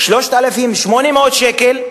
3,800 שקל,